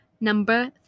Number